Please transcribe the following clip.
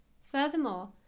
Furthermore